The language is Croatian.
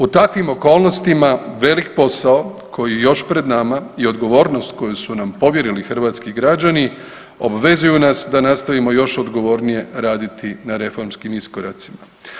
U takvim okolnostima velik posao koji je još pred nama i odgovornost koju su nam povjerili hrvatski građani, obvezuju nas da nastavimo još odgovorniji raditi na reformskim iskoracima.